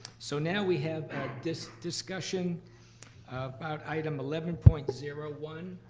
so now we have this discussion about item eleven point zero one.